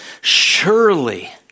Surely